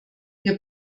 wir